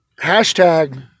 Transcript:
hashtag